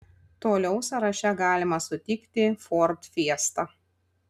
toliau sąraše galima sutikti ford fiesta